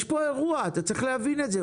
יש פה אירוע, אתה צריך להבין את זה.